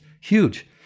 huge